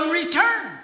return